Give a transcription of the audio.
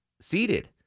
seated